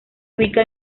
ubica